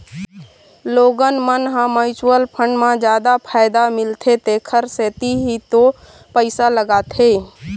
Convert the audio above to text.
लोगन मन ह म्युचुअल फंड म जादा फायदा मिलथे तेखर सेती ही तो पइसा लगाथे